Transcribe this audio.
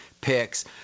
picks